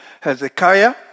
Hezekiah